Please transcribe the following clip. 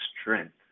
strength